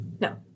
No